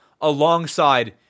alongside